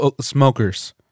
smokers